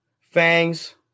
fangs